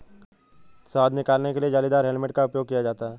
शहद निकालने के लिए जालीदार हेलमेट का उपयोग किया जाता है